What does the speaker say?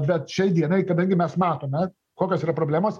bet šiai dienai kadangi mes matome kokios yra problemos